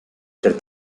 ser